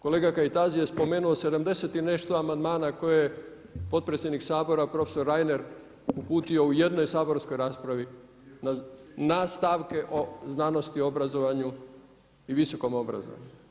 Kolega Kajtazi je spomenuo 70 i nešto amandmana koje je potpredsjednik Sabora profesor Reiner uputio u jednoj saborskoj raspravi na stavke o znanosti, obrazovanju i visokom obrazovanju.